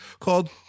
called